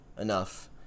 enough